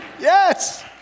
Yes